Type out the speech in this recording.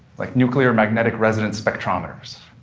like nuclear magnetic resonance spectrometers.